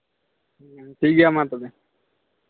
ᱦᱮᱸ ᱴᱷᱤᱠ ᱜᱮᱭᱟ ᱢᱟ ᱛᱚᱵᱮ